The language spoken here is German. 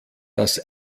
das